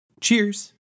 Cheers